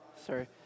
sorry